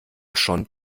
schon